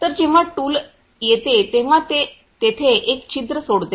तर जेव्हा टूल येते तेव्हा ते तेथे एक छिद्र सोडते